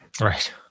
Right